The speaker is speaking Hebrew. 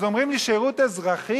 אז אומרים לי: שירות אזרחי